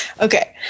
Okay